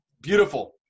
Beautiful